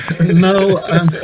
no